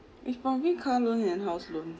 it's probably car loan and house loan